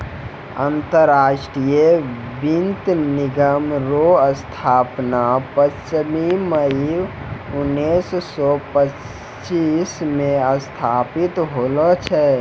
अंतरराष्ट्रीय वित्त निगम रो स्थापना पच्चीस मई उनैस सो पच्चीस मे स्थापित होल छै